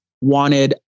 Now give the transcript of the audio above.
wanted